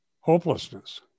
hopelessness